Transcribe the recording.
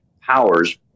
powers